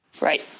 Right